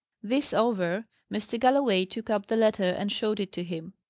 this over, mr. galloway took up the letter and showed it to him.